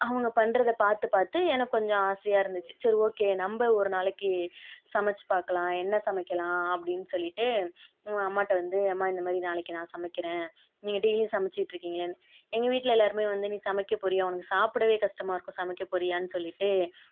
அவங்க பண்றதை பார்த்து பார்த்து எனக் கொஞ்சம் ஆசையாக இருந்துச்சு சரி ஓகே நம்ப ஒரு நாளைக்கு சமைச்சி பார்க்கலாம் என்ன சமைக்கலாம் அப்படின் சொல்லிவிட்டு அம்மாகிட்ட வந்து அம்மா இந்தமாதிரி நாளைக்கு நான் சமைக்கிறேன் நீங்கள் டெய்லியும் சமைச்சிகிட்ருக்கிங்களேனு எங்கள் வீட்டில் எல்லாருமே வந்து நீ சமைக்க போகிறியா உனக்கு சாப்பிடவே கஸ்டமாக இருக்கும் சமைக்க போறியான்னு சொல்லிவிட்டு